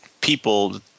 people